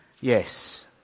Yes